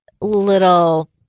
little